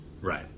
Right